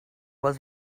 was